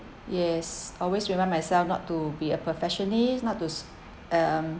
yes always remind myself not to be a perfectionist not to s~ uh